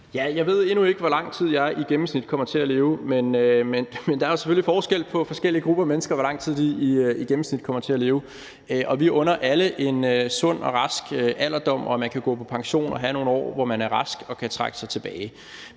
Jeg ved endnu ikke, hvor lang tid jeg kommer til at leve, men der er jo selvfølgelig forskel på, hvor lang tid forskellige grupper af mennesker i gennemsnit kommer til at leve. Og vi under alle en sund og rask alderdom, og at man kan gå på pension og have nogle år, hvor man er rask og kan trække sig tilbage.